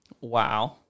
Wow